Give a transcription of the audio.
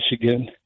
Michigan